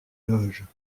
loges